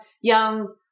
young